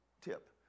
tip